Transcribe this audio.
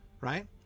right